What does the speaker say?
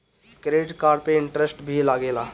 Credit card पे interest भी लागेला?